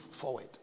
forward